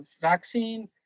vaccine